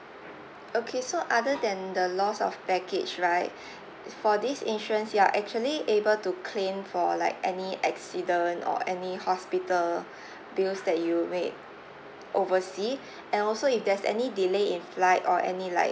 okay so other than the loss of baggage right uh for this insurance you are actually able to claim for like any accident or any hospital bills that you make oversea and also if there's any delay in flight or any like